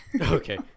Okay